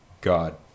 God